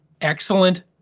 excellent